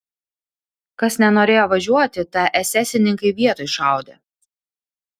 kas nenorėjo važiuoti tą esesininkai vietoj šaudė